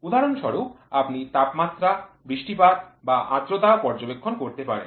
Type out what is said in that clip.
উদাহরণস্বরূপ আপনি তাপমাত্রা বৃষ্টিপাত এবং আর্দ্রতা পর্যবেক্ষণ করতে পারেন